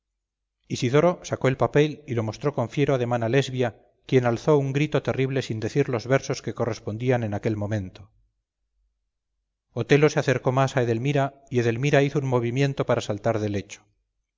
a pésaro isidoro sacó el papel y lo mostró con fiero ademán a lesbia quien lanzó un grito terrible sin decir los versos que correspondían en aquel momento otelo se acercó más a edelmira y edelmira hizo un movimiento para saltar del lecho